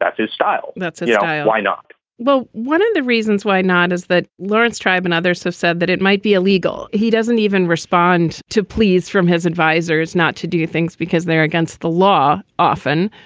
that's his style that's why not well, one of the reasons why not is that laurence tribe and others have said that it might be illegal. he doesn't even respond to pleas from his advisors not to do things because they're against the law often.